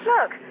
Look